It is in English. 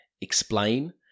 explain